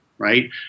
right